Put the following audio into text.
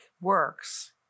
works